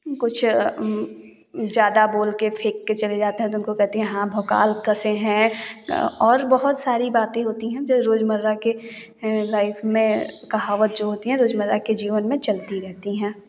कुछ ज़्यादा बोलकर फेंककर चले जातें हैं तो उनको कहते हैं हाँ भोकाल कसें हैं और बहुत सारी बातें होती हैं जो रोज़मर्रा के लाइफ में कहावतें जो होती हैं रोज़मर्रा के जीवन में चलती रहती है